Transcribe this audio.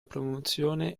promozione